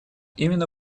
именно